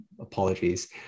Apologies